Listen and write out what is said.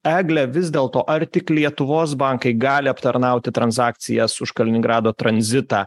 eglę vis dėl to ar tik lietuvos bankai gali aptarnauti transakcijas už kaliningrado tranzitą